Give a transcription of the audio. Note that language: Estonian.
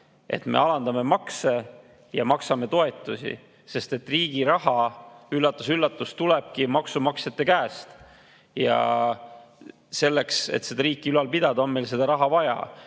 et me alandame makse ja maksame toetusi. Riigi raha – üllatus-üllatus! – tulebki maksumaksjate käest. Selleks, et seda riiki ülal pidada, on meil raha vaja.